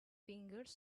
fingers